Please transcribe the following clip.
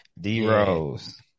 D-Rose